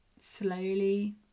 slowly